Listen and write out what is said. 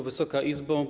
Wysoka Izbo!